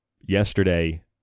Yesterday